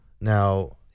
Now